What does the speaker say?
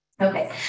Okay